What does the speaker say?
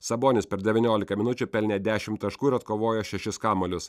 sabonis per devyniolika minučių pelnė dešimt taškų ir atkovojo šešis kamuolius